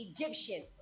Egyptian